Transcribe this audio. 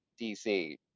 DC